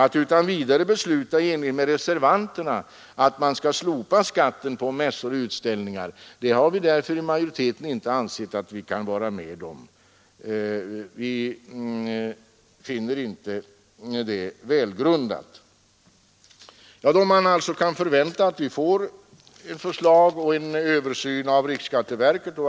Att utan vidare besluta i enlighet med reservanternas förslag, slopande av skatten på mässor och utställningar, anser sig majoriteten av utskottet inte kunna vara med om. Vi finner inte detta välgrundat. Vi kan alltså förvänta att vi får förslag om en översyn genom riksskatteverket.